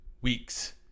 weeks